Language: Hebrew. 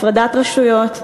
הפרדת רשויות,